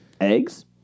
Eggs